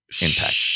impact